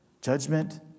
judgment